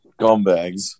Gumbags